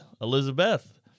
Elizabeth